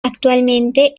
actualmente